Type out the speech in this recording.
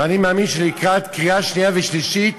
ואני מאמין שלקראת הקריאה השנייה והשלישית